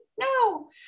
No